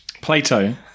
Plato